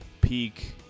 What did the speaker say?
peak